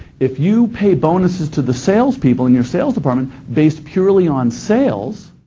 if you pay bonuses to the sales people in your sales department based purely on sales,